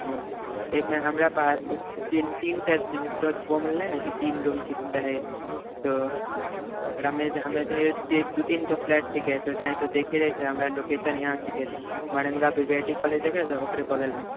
हँ एकमे हमरा पास तीन टाइप छै तौँ बोलने न की तीन रूम चाही तो ओकरामे हमे दू तीनठो फ्लैट छीके तौँ चाहे तऽ देखी रहय छै हमरा लोकेशन यहाँ छीके मरंगा भी भी आइ टी कॉलेज देखने छहो ओकरे बगलमे